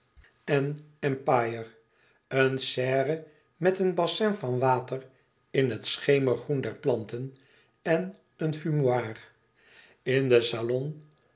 en empire een serre met een bassin van water in het schemergroen der planten en een fumoir in den salon